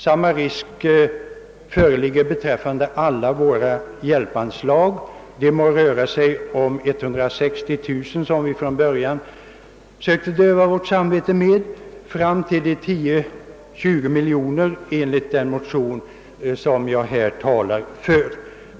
Samma risk finns beträffande alla våra hjälpanslag, de må röra sig om 160 000 kronor, som vi från början sökte döva våra samveten med, eller 20 miljoner enligt den motion jag här talar för.